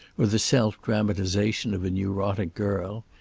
or the self-dramatization of a neurotic girl.